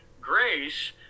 Grace